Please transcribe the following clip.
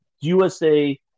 USA